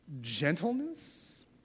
gentleness